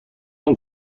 اون